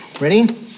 Ready